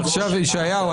ישעיהו,